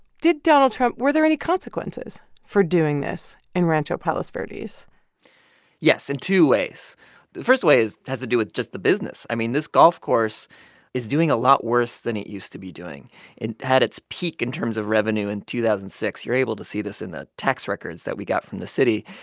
did donald trump were there any consequences for doing this in rancho palos verdes? yes, in two ways. the first way is has to do with just the business. i mean, this golf course is doing a lot worse than it used to be doing and had its peak, in terms of revenue, in two thousand and six. you're able to see this in the tax records that we got from the city.